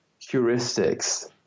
heuristics